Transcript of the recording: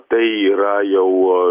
tai yra jau